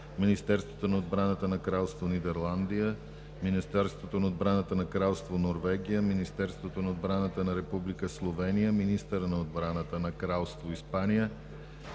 Министерството на отбраната на Кралство Нидерландия, Министерството на отбраната на Кралство Норвегия, Министерството на отбраната на Република Словения, министъра на отбраната на Кралство Испания,